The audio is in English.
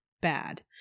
bad